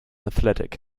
athletic